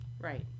right